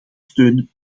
steun